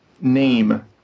name